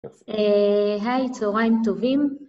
היי, צהריים טובים